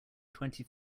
twenty